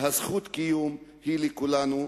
זכות הקיום היא לכולנו,